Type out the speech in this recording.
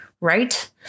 right